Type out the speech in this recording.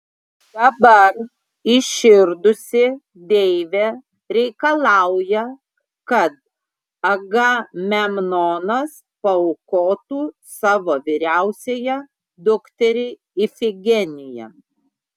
dabar įširdusi deivė reikalauja kad agamemnonas paaukotų savo vyriausiąją dukterį ifigeniją